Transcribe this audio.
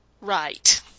Right